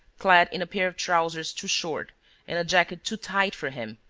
clad in a pair of trousers too short and a jacket too tight for him,